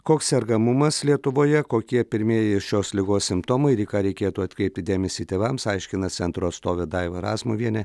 koks sergamumas lietuvoje kokie pirmieji šios ligos simptomai ir į ką reikėtų atkreipti dėmesį tėvams aiškina centro atstovė daiva razmuvienė